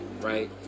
right